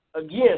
again